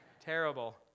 terrible